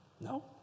No